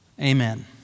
Amen